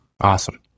Awesome